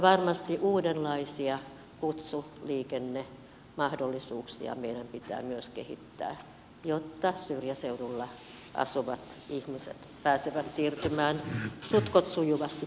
varmasti meidän pitää myös kehittää uudenlaisia kutsuliikennemahdollisuuksia jotta syrjäseudulla asuvat ihmiset pääsevät siirtymään suht koht sujuvasti